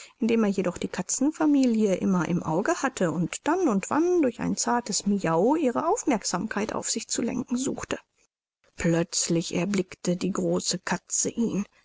indem er jedoch die katzenfamilie immer im auge hatte und dann und wann durch ein zartes miau ihre aufmerksamkeit auf sich zu lenken suchte plötzlich erblickte die große katze